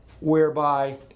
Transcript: whereby